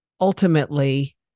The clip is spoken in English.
ultimately